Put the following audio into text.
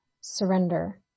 surrender